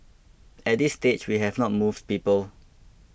at this stage we have not moved people